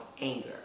anger